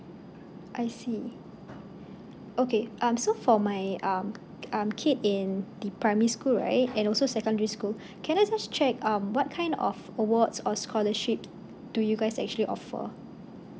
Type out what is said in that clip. I see okay um so for my um um kid in the primary school right and also secondary school can I just check um what kind of awards or scholarship do you guys actually offer